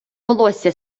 волосся